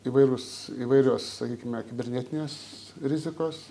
įvairūs įvairios sakykime kibernetinės rizikos